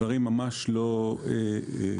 הדברים ממש לא כהווייתם.